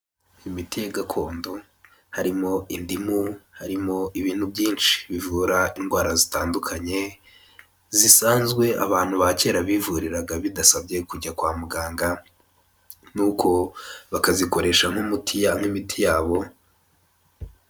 Imiti ya gakondo harimo indimu, harimo ibintu byinshi bivura indwara zitandukanye, zisanzwe abantu ba kera bivuriraga bidasabye kujya kwa muganga, nuko bakazikoresha nk'imiti yabo.